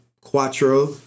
quattro